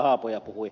haapoja puhui